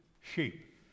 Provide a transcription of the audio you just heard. sheep